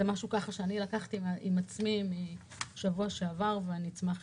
זה משהו שלקחתי על עצמי בשבוע שעבר שאני אשמח